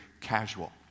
casual